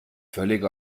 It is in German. völlig